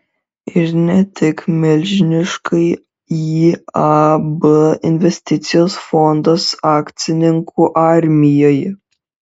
ir ne tik milžiniškai iab investicijos fondas akcininkų armijai